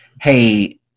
hey –